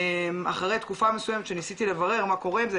אחרי תקופה מסוימת שניסיתי לברר מה קורה עם זה,